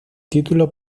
título